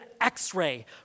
x-ray